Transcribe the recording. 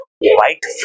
white